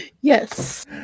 Yes